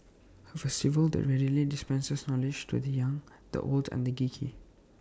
A festival that readily dispenses knowledge to the young the old and the geeky